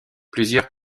plusieurs